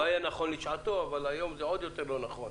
לא היה נכון לשעתו, אבל היום זה עוד יותר לא נכון.